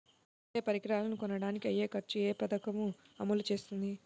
వ్యవసాయ పరికరాలను కొనడానికి అయ్యే ఖర్చు ఏ పదకము అమలు చేస్తుంది?